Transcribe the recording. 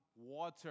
water